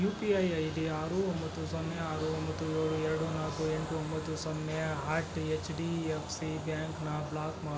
you P I I D ಆರು ಒಂಬತ್ತು ಸೊನ್ನೆ ಆರು ಒಂಬತ್ತು ಏಳು ಎರಡು ನಾಲ್ಕು ಎಂಟು ಒಂಬತ್ತು ಸೊನ್ನೆ at H D F C ಬ್ಯಾಂಕನ್ನ ಬ್ಲಾಕ್ ಮಾಡು